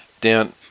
Down